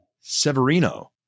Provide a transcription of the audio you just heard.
Severino